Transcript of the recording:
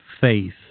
faith